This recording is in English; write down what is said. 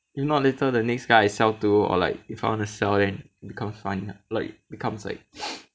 if not later the next guy I sell to or like if I want to sell then become fun~ like becomes like